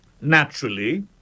Naturally